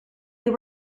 you